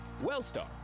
Wellstar